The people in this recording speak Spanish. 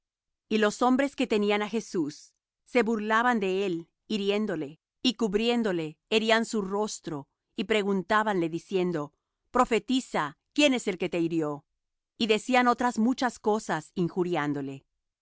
y los hombres que tenían á jesús se burlaban de él hiriéndole y cubriéndole herían su rostro y preguntábanle diciendo profetiza quién es el que te hirió y decían otras muchas cosas injuriándole y cuando fué de